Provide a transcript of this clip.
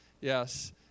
yes